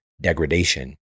degradation